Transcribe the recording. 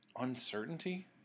uncertainty